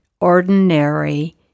ordinary